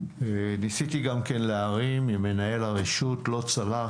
ניסיתי גם כן להרים עם מנהל הרשות, לא צלח.